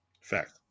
Fact